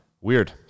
Weird